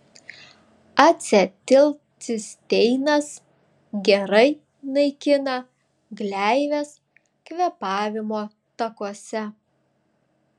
acetilcisteinas gerai naikina gleives kvėpavimo takuose